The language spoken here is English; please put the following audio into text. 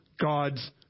God's